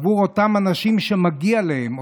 עבור אותם אנשים שמגיע להם,